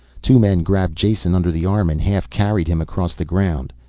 two men grabbed jason under the arm and half-carried him across the ground.